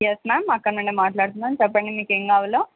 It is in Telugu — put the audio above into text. యస్ మ్యామ్ అక్కడి నుండే మాట్లాడుతున్నాం చెప్పండి మీకు ఏం కావాలో